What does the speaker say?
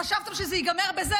חשבתם שזה ייגמר בזה?